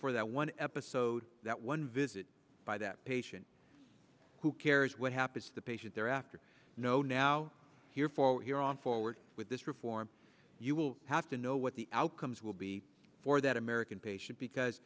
for that one episode that one visit by that patient who cares what happens to the patient they're after know now here for here on forward with this reform you will have to know what the outcomes will be for that american patient because